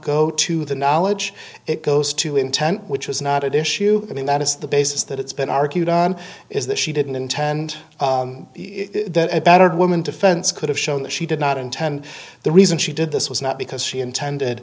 go to the knowledge it goes to intent which is not at issue i mean that is the basis that it's been argued is that she didn't intend that a battered woman defense could have shown that she did not intend the reason she did this was not because she intended